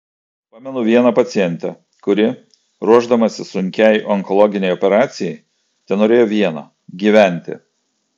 pamenu vieną pacientę kuri ruošdamasi sunkiai onkologinei operacijai tenorėjo vieno gyventi